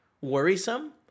worrisome